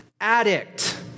addict